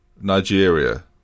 Nigeria